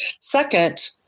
Second